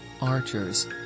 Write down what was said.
archers